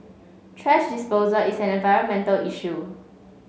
thrash disposal is an environmental issue